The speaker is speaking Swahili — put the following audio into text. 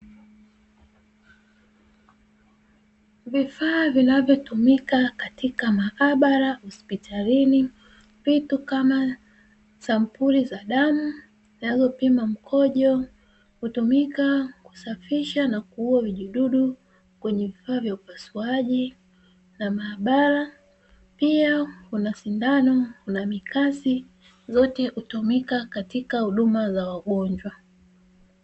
Vifaa vinavyotumika katika maabara, hospitalini vitu kama sampuli za damu, zinazopima mkojo hutumika kusafisha na kuua vijidudu kwenye vifaa vya upasuaji, na maabara pia kuna sindano, na mikasi yote hutumika katika huduma za wagonjwa.